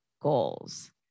goals